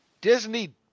Disney